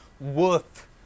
worth